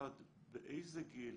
אחת, באיזה גיל